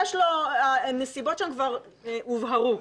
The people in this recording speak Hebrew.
הנסיבות שם כבר הובהרו.